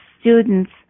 students